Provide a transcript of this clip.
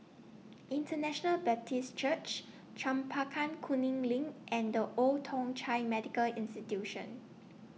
International Baptist Church Chempaka Kuning LINK and The Old Thong Chai Medical Institution